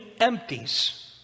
empties